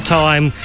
time